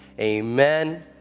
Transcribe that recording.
Amen